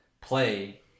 play